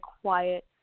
quiet